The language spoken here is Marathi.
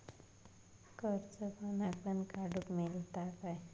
कर्ज कोणाक पण काडूक मेलता काय?